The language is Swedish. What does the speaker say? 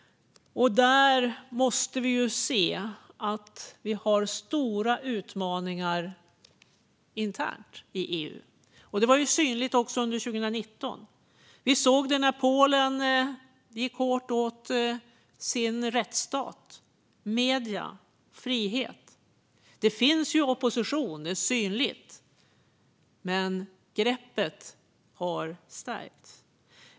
Vi måste se att vi där har stora utmaningar internt i EU. Det var även synligt 2019. Vi såg det när Polen gick hårt åt sin rättsstat, medierna och friheten. Det finns synlig opposition, men greppet har stärkts.